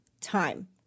time